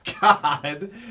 god